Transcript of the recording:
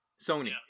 Sony